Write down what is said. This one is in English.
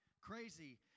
crazy